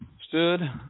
Stood